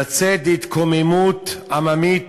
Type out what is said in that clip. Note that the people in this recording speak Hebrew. לצאת להתקוממות עממית